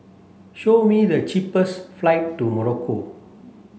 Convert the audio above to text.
show me the cheapest flight to Morocco